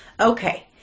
Okay